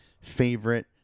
favorite